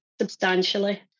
substantially